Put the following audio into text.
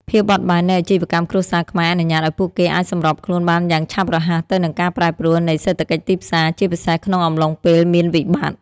ភាពបត់បែននៃអាជីវកម្មគ្រួសារខ្មែរអនុញ្ញាតឱ្យពួកគេអាចសម្របខ្លួនបានយ៉ាងឆាប់រហ័សទៅនឹងការប្រែប្រួលនៃសេដ្ឋកិច្ចទីផ្សារ ជាពិសេសក្នុងអំឡុងពេលមានវិបត្តិ។